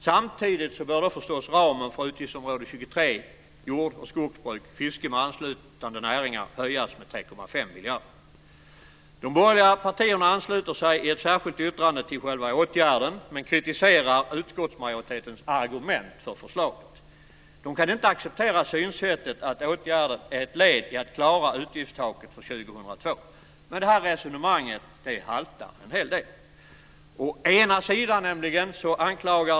Samtidigt bör förstås ramen för utgiftsområde 23 Jord och skogsbruk, fiske med anslutande näringar höjas med 3,5 De borgerliga partierna ansluter sig i ett särskilt yttrande till själva åtgärden men kritiserar utskottsmajoritetens argument för förslaget. De kan inte acceptera synsättet att åtgärden är ett led i att klara utgiftstaket för 2002. Detta resonemang haltar en hel del.